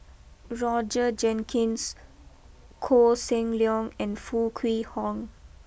Roger Jenkins Koh Seng Leong and Foo Kwee Horng